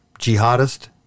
jihadist